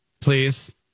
Please